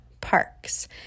parks